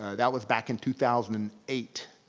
ah that was back in two thousand and eight.